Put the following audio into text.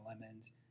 lemons